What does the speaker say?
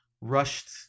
rushed